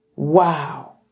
Wow